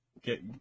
Get